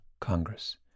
Congress